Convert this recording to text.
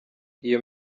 iyo